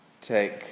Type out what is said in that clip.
take